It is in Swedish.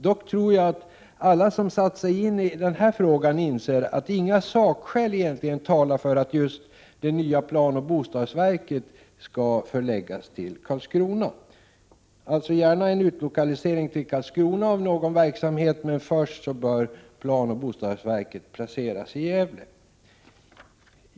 Dock tror jag att alla som har satt sig in i denna fråga inser att inga sakskäl talar för att just det nya planoch bostadsverket skall förläggas till Karlskrona. Alltså: gärna en utlokalisering till Karlskrona av någon verksamhet, men först bör planoch bostadsverket placeras i Gävle.